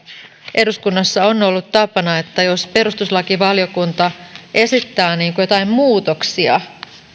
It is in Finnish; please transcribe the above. eduskunnassa on ollut tapana että jos perustuslakivaliokunta esittää joitain muutoksia